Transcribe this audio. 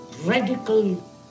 radical